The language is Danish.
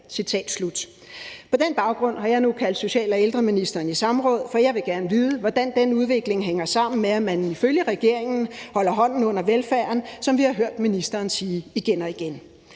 På den baggrund har jeg nu kaldt social- og ældreministeren i samråd, for jeg vil gerne vide, hvordan den udvikling hænger sammen med, at man ifølge regeringen holder hånden under velfærden, som vi har hørt ministeren sige igen og igen.